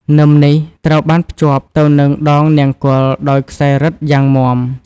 នឹមនេះត្រូវបានភ្ជាប់ទៅនឹងដងនង្គ័លដោយខ្សែរឹតយ៉ាងមាំ។